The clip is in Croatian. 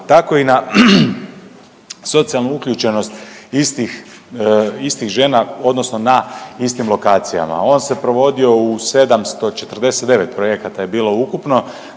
tako i na socijalnu uključenost istih žena, odnosno na istim lokacijama. On se provodio u 749 projekata je bilo ukupno,